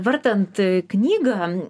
vartant knygą